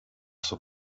zur